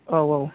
औ औ